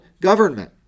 government